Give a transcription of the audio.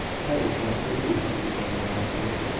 that is not for you to determine, happily.